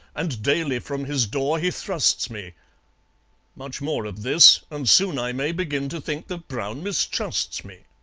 and daily from his door he thrusts me much more of this, and soon i may begin to think that brown mistrusts me.